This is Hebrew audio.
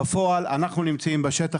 בפועל אנחנו נמצאים בשטח,